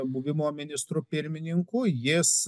buvimo ministru pirmininku jis